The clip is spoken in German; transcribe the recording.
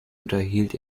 unterhielt